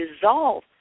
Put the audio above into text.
dissolve